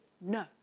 No